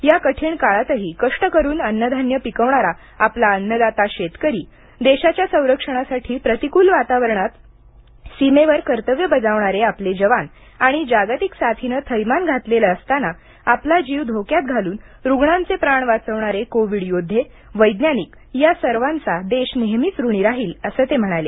या कठीण काळातही कष्ट करून अन्न धान्य पिकवणारा आपला अन्नदाता शेतकरी देशाच्या संरक्षणासाठी प्रतिकूल वातावरणात सीमेवर कर्तव्य बजावणारे आपले जवान आणि जागतिक साथीने थैमान घातलेले असताना आपले जीव धोक्यात घालून रुग्णांचे प्राण वाचवणारे कोविड योद्धे वैज्ञानिक या सर्वांचा देश नेहमीच ऋणी राहील असे ते म्हणाले